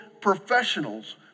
professionals